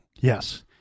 Yes